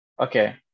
okay